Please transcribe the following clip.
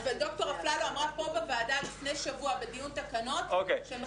אבל ד"ר אפללו אמרה פה בוועדה לפני שבוע בדיון תקנות שהם רק